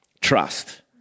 Trust